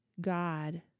God